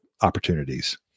opportunities